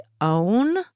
own